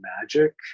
magic